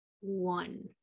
one